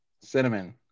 cinnamon